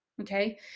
okay